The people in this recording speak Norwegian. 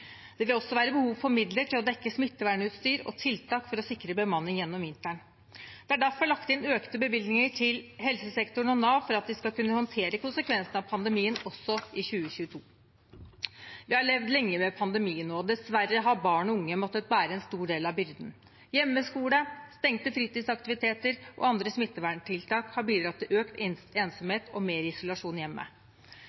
Det vil også være behov for midler til å dekke smittevernutstyr og tiltak for å sikre bemanning gjennom vinteren. Det er derfor lagt inn økte bevilgninger til helsesektoren og Nav for at de skal kunne håndtere konsekvensene av pandemien også i 2022. Vi har levd lenge med pandemien, og dessverre har barn og unge måttet bære en stor del av byrden. Hjemmeskole, stengte fritidsaktiviteter og andre smitteverntiltak har bidratt til økt